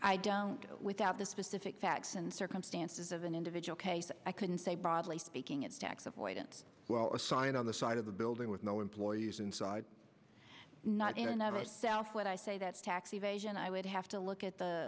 i don't without the specific facts and circumstances of an individual case but i couldn't say broadly speaking at tax avoidance well a sign on the side of a building with no employees inside not enough self what i say that tax evasion i would have to look at the